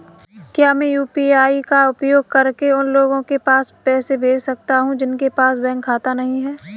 क्या मैं यू.पी.आई का उपयोग करके उन लोगों को पैसे भेज सकता हूँ जिनके पास बैंक खाता नहीं है?